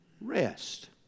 rest